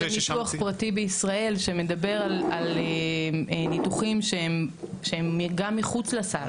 פרטי בישראל שמדבר על ניתוחים שהם גם מחוץ לסל,